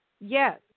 Yes